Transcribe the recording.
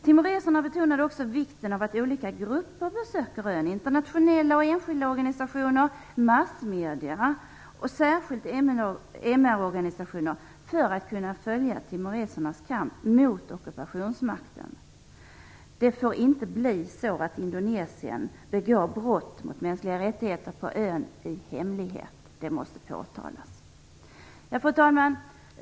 Timoreserna betonade också vikten av att olika grupper besöker ön - internationella och enskilda organisationer, massmedierna och särskilt MR organisationer - för att kunna följa timoresernas kamp mot ockupationsmakten. Det får inte bli så att Indonesien begår brott mot mänskliga rättigheter på ön i hemlighet. Det måste påtalas. Fru talman!